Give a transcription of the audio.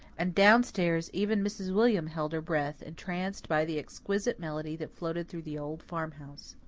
and downstairs even mrs. william held her breath, entranced by the exquisite melody that floated through the old farmhouse.